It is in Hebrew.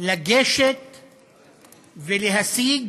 לגשת ולהשיג,